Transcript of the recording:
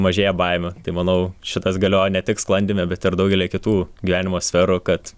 mažėja baimė tai manau šitas galioja ne tik sklandyme bet ir daugelyje kitų gyvenimo sferų kad